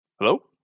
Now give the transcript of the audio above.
Hello